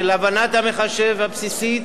של הבנת המחשב הבסיסית,